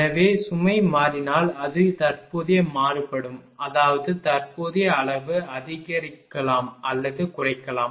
எனவே சுமை மாறினால் அது தற்போதைய மாறுபடும் அதாவது தற்போதைய அளவு அதிகரிக்கலாம் அல்லது குறைக்கலாம்